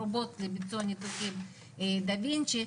רובוט מקצועני דה וינצ'י,